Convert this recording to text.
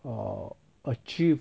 or achieve